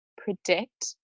predict